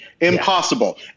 Impossible